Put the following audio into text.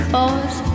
Cause